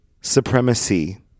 supremacy